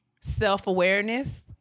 self-awareness